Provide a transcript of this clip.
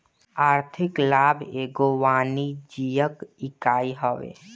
आर्थिक लाभ एगो वाणिज्यिक इकाई हवे